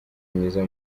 myiza